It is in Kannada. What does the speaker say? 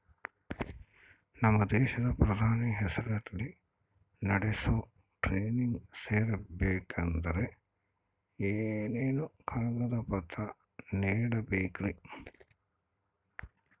ನಮ್ಮ ದೇಶದ ಪ್ರಧಾನಿ ಹೆಸರಲ್ಲಿ ನಡೆಸೋ ಟ್ರೈನಿಂಗ್ ಸೇರಬೇಕಂದರೆ ಏನೇನು ಕಾಗದ ಪತ್ರ ನೇಡಬೇಕ್ರಿ?